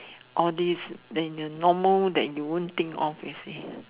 all these then the normal that you won't think of you see